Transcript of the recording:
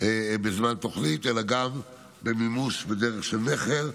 בזמן תוכנית אלא גם במימוש בדרך של מכר,